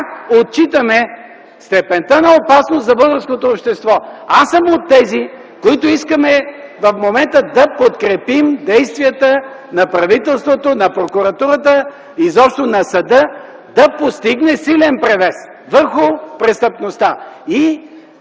отчитаме степента на опасност за българското общество. Аз съм от тези, които искат в момента да подкрепят действията на правителството, на прокуратурата, на съда, за да се постигне силен превес върху престъпността.